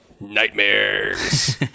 Nightmares